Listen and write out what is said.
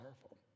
powerful